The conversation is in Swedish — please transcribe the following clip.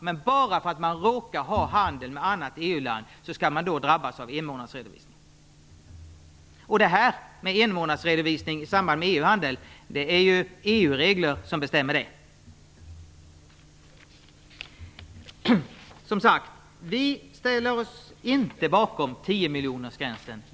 Men bara för att man råkar ha handel med ett företag i ett annat EU-land skall man då drabbas av enmånadsredovisning. Det är ju EU-regler som bestämmer att det skall vara enmånadsredovisning i samband med EU-handel. Som sagt, vi ställer oss inte bakom 10 miljonersgränsen.